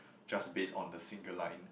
just based on the single line